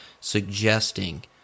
suggesting